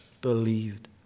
believed